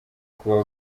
kuba